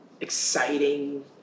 exciting